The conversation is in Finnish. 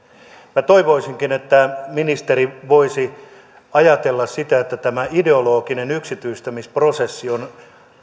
minä toivoisinkin että ministeri voisi ajatella sitä että tämä ideologinen yksityistämisprosessi on